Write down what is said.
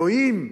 אלוהים,